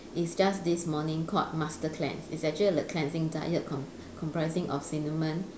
it's just this morning called master cleanse it's actually a cleansing diet comp~ comprising of cinnamon